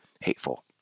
hateful